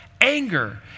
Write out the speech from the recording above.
anger